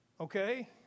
okay